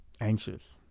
anxious